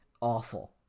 awful